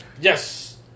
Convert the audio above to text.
Yes